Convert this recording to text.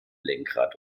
lenkrad